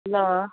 ल